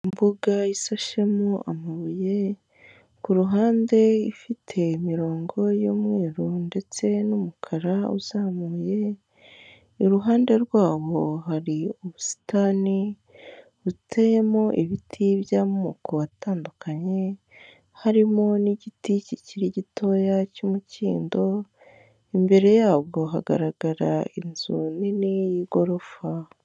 Imbuga isashemo amabuye kuruhande ufite imirongo y'umweru ndetse n'umukara uzamuye, iruhande rwawo hari ubusitani buteyemo ibiti by'amoko atandukanye, harimo n'igiti kikiri gitoya cy'umukindo imbere yabwo hagaragara inzu nini y'igorofa.